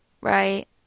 right